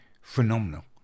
phenomenal